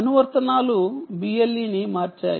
అనువర్తనాలు BLE ను మార్చాయి